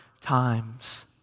times